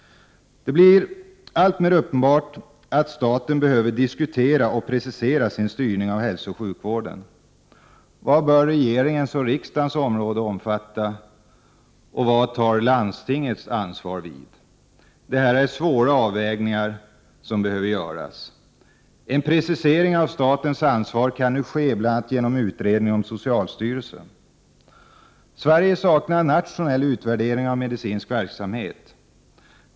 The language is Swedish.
Det blir alltmer uppenbart att staten behöver diskutera och precisera sin styrning av hälsooch sjukvården. Vad bör regeringens och riksdagens område omfatta, och var tar landstingets ansvar vid? Det är svåra avvägningar som här behöver göras. En precisering av statens ansvar kan nu ske bl.a. genom utredningen om socialstyrelsen. Sverige saknar nationell utvärdering av medicinsk verksamhet.